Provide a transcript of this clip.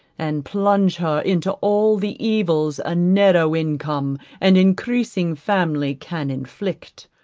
and plunge her into all the evils a narrow income and increasing family can inflict,